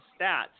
stats